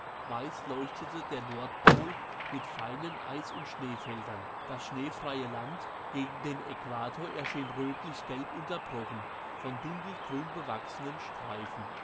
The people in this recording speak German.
weiß leuchtete der nordpol mit seinen eis und schneefeldern das schneefreie land gegen den äquator erschien rötlichgelb unterbrochen von dunkelgrün bewachsenen streifen